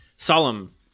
Solemn